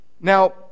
Now